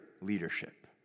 leadership